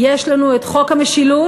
יש לנו את חוק המשילות.